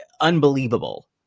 unbelievable